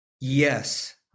yes